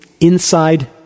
inside